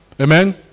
Amen